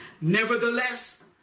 Nevertheless